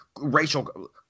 Racial –